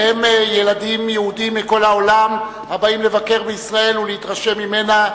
והם ילדים יהודים מכל העולם הבאים לבקר בישראל ולהתרשם ממנה,